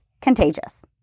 contagious